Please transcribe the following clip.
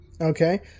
Okay